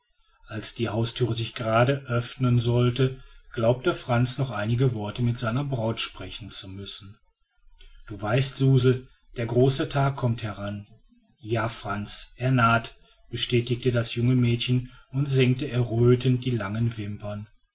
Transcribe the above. als die hausthüre sich gerade öffnen sollte glaubte frantz noch einige worte mit seiner braut sprechen zu müssen du weißt suzel der große tag kommt heran ja frantz er naht bestätigte das junge mädchen und senkte erröthend die langen wimpern